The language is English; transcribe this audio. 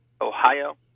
Ohio